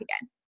again